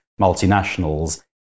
multinationals